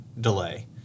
delay